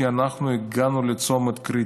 כי אנחנו הגענו לצומת קריטי,